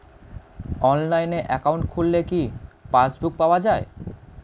অনলাইনে একাউন্ট খুললে কি পাসবুক পাওয়া যায়?